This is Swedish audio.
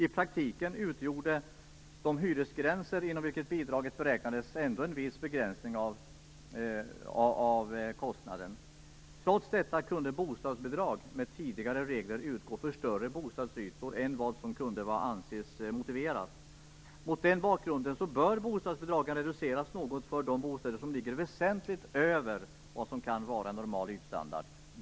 I praktiken utgjorde de hyresgränser inom vilka bidraget beräknades ändå en viss begränsning av kostnaden. Trots detta kunde bostadsbidrag, med tidigare regler, utgå för större bostadsytor än vad som kunde anses motiverat. Mot den bakgrunden bör bostadsbidragen reduceras något för de bostäder som ligger väsentligt över vad som kan vara normal ytstandard.